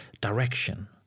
direction